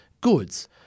goods